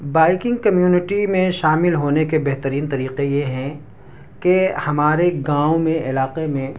biking community میں شامل ہونے کے بہترین طریقے یہ ہیں كہ ہمارے گاؤں میں علاقے میں